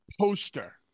poster